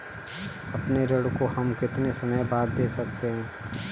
अपने ऋण को हम कितने समय बाद दे सकते हैं?